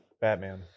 Batman